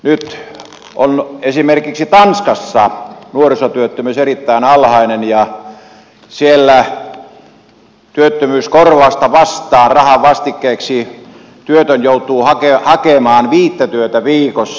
nyt on esimerkiksi tanskassa nuorisotyöttömyys erittäin alhainen ja siellä työttömyyskorvausta vastaan rahan vastikkeeksi työtön joutuu hakemaan viittä työtä viikossa